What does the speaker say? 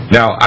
Now